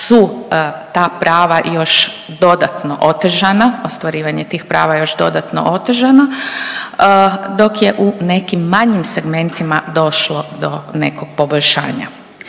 su ta prava još dodatno otežana ostvarivanje tih prava još dodatno otežana dok je u nekim manjim segmentima došlo do nekog poboljšanja.